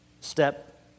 step